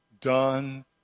done